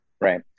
right